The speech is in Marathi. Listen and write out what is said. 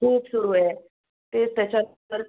तेच सुरू आहे ते त्याच्यात तर